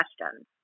questions